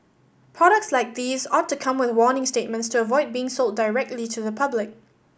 products like these ought to come with warning statements to avoid being sold directly to the public